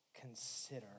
consider